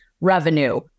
revenue